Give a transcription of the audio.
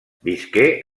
visqué